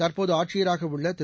தற்போது ஆட்சியராக உள்ள திரு